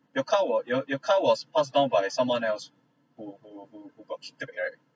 your your car was you you car was passed down by someone else who who who who got cheated right